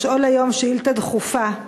לשאול היום שאילתה דחופה.